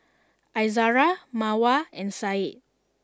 Izara Mawar and Syed